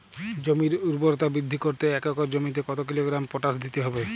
জমির ঊর্বরতা বৃদ্ধি করতে এক একর জমিতে কত কিলোগ্রাম পটাশ দিতে হবে?